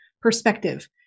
perspective